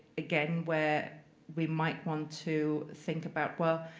again, where we might want to think about, well,